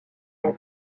elle